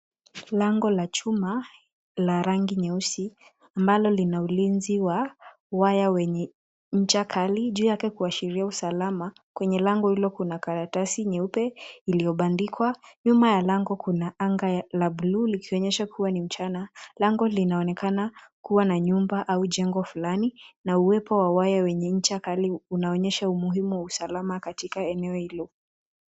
Lango la chuma, la rangi nyeusi ambalo lina ulinzi wa waya wenye ncha kali juu yake kuashiria usalama. Kwenye lango hilo kuna karatasi nyeupe iliyobandikwa. Nyuma ya lango kuna anga la bluu likionyesha kuwa ni mchana. Lango linaonekana kuwa na nyumba au jengo fulani, na uwepo wa waya wenye ncha kali, unaonyesha umuhimu wa usalama katika eneo hilo.